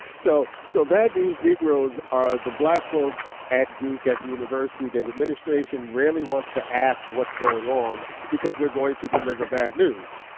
so so bad news negroes are the black folks at duke at the university that administration rarely wants to ask what's going on because we're going to deliver bad news.